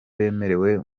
bemerewe